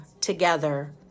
together